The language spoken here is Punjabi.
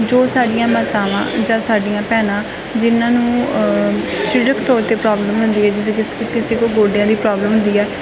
ਜੋ ਸਾਡੀਆਂ ਮਾਤਾਵਾਂ ਜਾਂ ਸਾਡੀਆਂ ਭੈਣਾਂ ਜਿਹਨਾਂ ਨੂੰ ਸਰੀਰਕ ਤੌਰ 'ਤੇ ਪ੍ਰੋਬਲਮ ਹੁੰਦੀ ਏ ਜਿਵੇਂ ਕਿਸੇ ਨੂੰ ਕਿਸੇ ਕੋ ਗੋਡਿਆਂ ਦੀ ਪ੍ਰੋਬਲਮ ਹੁੰਦੀ ਹੈ